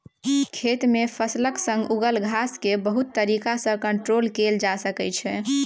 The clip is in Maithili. खेत मे फसलक संग उगल घास केँ बहुत तरीका सँ कंट्रोल कएल जा सकै छै